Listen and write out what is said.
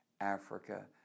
Africa